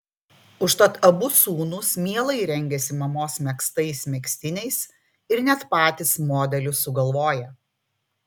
užtat abu sūnūs mielai rengiasi mamos megztais megztiniais ir net patys modelius sugalvoja